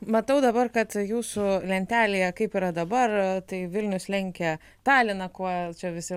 matau dabar kad jūsų lentelėje kaip yra dabar tai vilnius lenkia taliną kuo čia visi